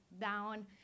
down